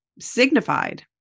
signified